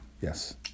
Yes